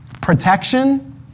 protection